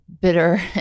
bitter